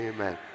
Amen